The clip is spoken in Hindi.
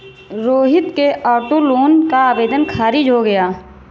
रोहित के ऑटो लोन का आवेदन खारिज हो गया